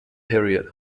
period